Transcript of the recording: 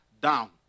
down